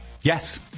Yes